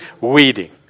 weeding